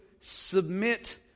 submit